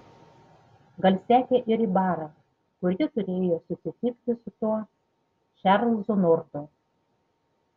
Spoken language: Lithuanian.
gal sekė ir į barą kur ji turėjo susitikti su tuo čarlzu nortu